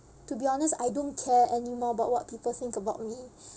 to be honest I don't care anymore about what people think about me